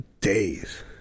days